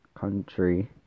country